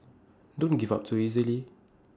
don't give up too easily